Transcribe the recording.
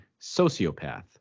sociopath